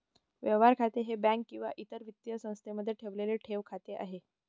व्यवहार खाते हे बँक किंवा इतर वित्तीय संस्थेमध्ये ठेवलेले ठेव खाते आहे